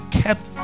kept